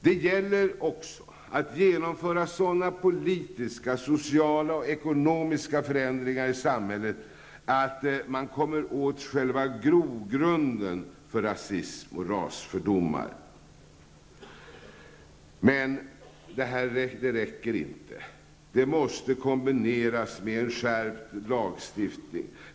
Det gäller också att genomföra sådana politiska, sociala och ekonomiska förändringar i samhället att man kommer åt själva grogrunden för rasism och rasfördomar. Men det räcker inte. Det måste kombineras med en skärpt lagstiftning.